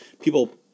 people